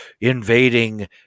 invading